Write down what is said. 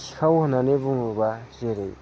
सिखाव होननानै बुङोबा जेरै